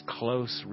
close